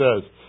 says